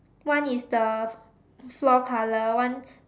one is the floor colour one